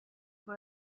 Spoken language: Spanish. por